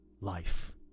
Life